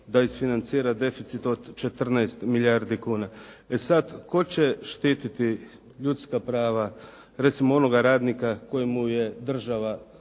da isfinancira deficit od 14 milijardi kuna. E sad, tko će štititi ljudska prava recimo onoga radnika kojemu je država